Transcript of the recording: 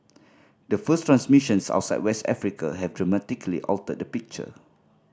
the first transmissions outside West Africa have dramatically altered the picture